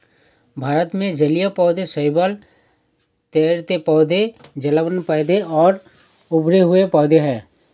भारत में जलीय पौधे शैवाल, तैरते पौधे, जलमग्न पौधे और उभरे हुए पौधे हैं